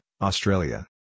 Australia